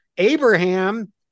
Abraham